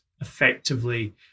effectively